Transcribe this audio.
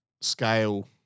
scale